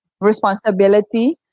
responsibility